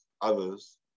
others